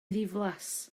ddiflas